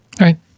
Right